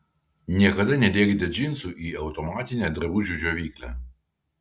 niekada nedėkite džinsų į automatinę drabužių džiovyklę